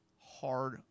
hard